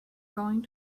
going